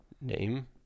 name